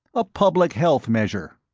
a public health measure.